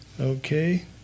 Okay